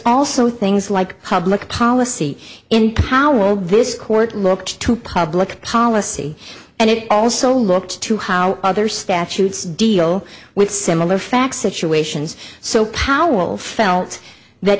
also things like public policy in power world this court looked to public policy and it also looked to how other statutes deal with similar facts situations so powell felt that